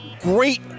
great